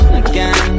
again